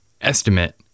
estimate